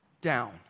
down